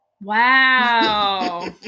Wow